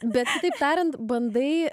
bet kitaip tariant bandai